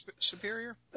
Superior